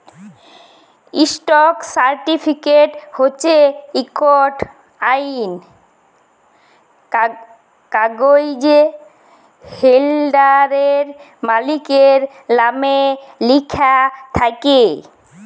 stock certificate হছে ইকট আইল কাগ্যইজ হোল্ডারের, মালিকের লামে লিখ্যা থ্যাকে